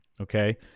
okay